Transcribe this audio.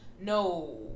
No